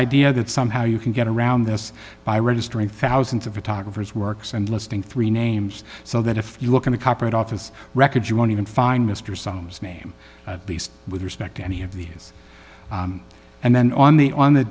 idea that somehow you can get around this by registering thousands of photography is works and listing three names so that if you look at the copyright office records you won't even find mr soames name at least with respect to any of these and then on the on the